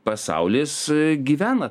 pasaulis gyvena